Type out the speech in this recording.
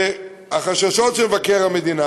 החששות של מבקר המדינה,